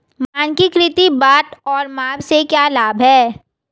मानकीकृत बाट और माप के क्या लाभ हैं?